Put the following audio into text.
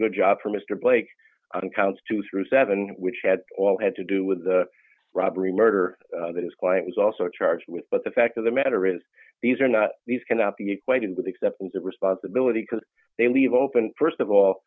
good job for mister blake on counts two through seven which had all had to do with the robbery murder that his client was also charged with but the fact of the matter is these are not these cannot be acquainted with acceptance of responsibility because they leave open st of all